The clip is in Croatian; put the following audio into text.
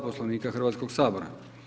Poslovnika Hrvatskog sabora.